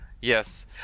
yes